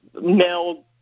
male